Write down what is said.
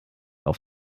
auf